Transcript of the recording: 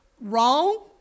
wrong